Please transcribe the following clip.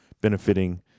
benefiting